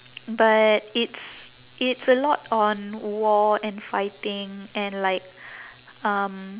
but it's it's a lot on war and fighting and like um